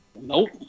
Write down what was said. Nope